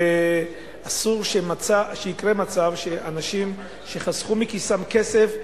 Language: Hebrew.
ואסור שיקרה שאנשים שחסכו מכיסם כסף,